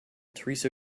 theresa